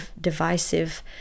divisive